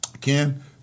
Ken